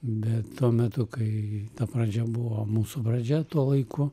bet tuo metu kai ta pradžia buvo mūsų pradžia tuo laiku